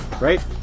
Right